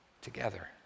together